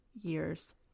years